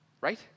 right